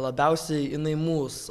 labiausiai jinai mus